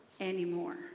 anymore